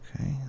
okay